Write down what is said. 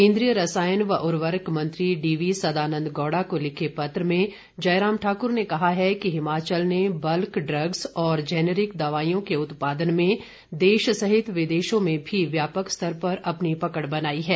केन्द्रीय रसायन व उर्वरक मंत्री डी वी सदानंद गोड़ा को लिखे पत्र में जयराम ठाकुर ने कहा है कि हिमाचल ने बल्क ड्रग्स और जैनरिक दवाइयों के उत्पादन में देश सहित विदेशों में व्यापक स्तर पर अपनी पकड़ बनाई है